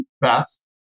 best